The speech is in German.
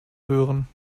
hören